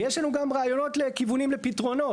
ויש לנו גם רעיונות לכיוונים לפתרונות.